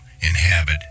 inhabit